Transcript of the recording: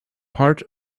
part